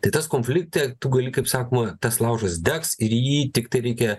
tai tas konflikte tu guli kaip sakoma tas laužas degs ir į jį tiktai reikia